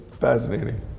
fascinating